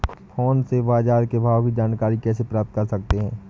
Phone से बाजार के भाव की जानकारी कैसे प्राप्त कर सकते हैं?